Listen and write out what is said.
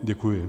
Děkuji.